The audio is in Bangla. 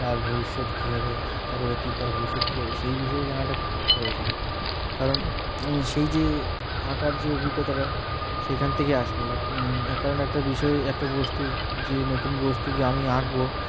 তার ভবিষ্যৎ কী হবে তার অতীত তার ভবিষ্যৎ কী হবে সেই বিষয়ে জানাটা খুব প্রয়োজন কারণ সেই যে আঁকার যে অভিজ্ঞতাটা সেখান থেকে আসবে কারণ একটা বিষয় একটা বস্তুর যে নতুন বস্তুকে আমি আঁকবো